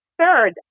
third